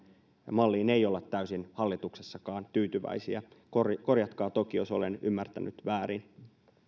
malliin ei olla hallituksessakaan täysin tyytyväisiä korjatkaa toki jos olen ymmärtänyt väärin